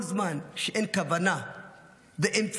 כל זמן שאין כוונה ואמצעי,